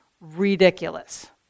Ridiculous